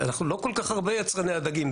אנחנו לא כל כך הרבה יצרני הדגים.